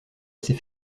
assez